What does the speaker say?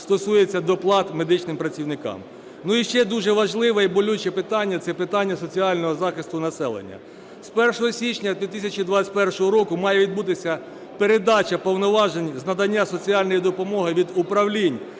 стосується доплат медичним працівникам. І ще дуже важливе і болюче питання – це питання соціального захисту населення. З 1 січня 2021 року має відбутися передача повноважень з надання соціальної допомоги від управлінь